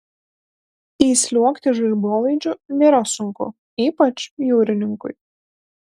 įsliuogti žaibolaidžiu nėra sunku ypač jūrininkui